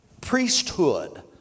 priesthood